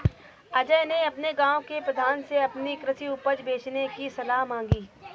अजय ने अपने गांव के प्रधान से अपनी कृषि उपज बेचने की सलाह मांगी